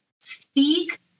Speak